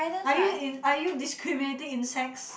are you in are you discriminating insects